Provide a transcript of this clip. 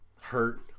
hurt